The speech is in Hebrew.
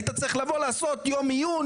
היית צריך לבוא לעשות יום עיון